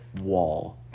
wall